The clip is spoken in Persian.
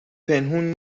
پنهون